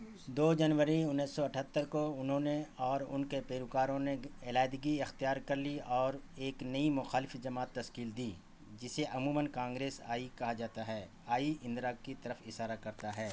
دو جنوری انیس سو اٹھہتر کو انہوں نے اور ان کے پیروکاروں نے علیحدگی اختیار کر لی اور ایک نئی مخالف جماعت تشکیل دی جسے عموماً کانگریس آئی کہا جاتا ہے آئی اندرا کی طرف اشارہ کرتا ہے